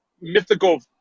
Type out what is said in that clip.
mythical